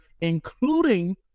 including